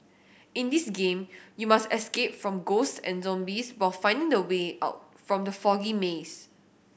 in this game you must escape from ghosts and zombies while finding the way out from the foggy maze